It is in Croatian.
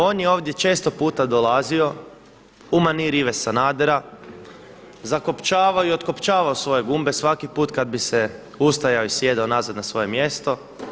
On je ovdje često puta dolazio u maniri Ive Sanadera, zakopčavao i otkopčavao svoje gumbe svaki put kada bi se ustajao i sjedao nazad na svoje mjesto.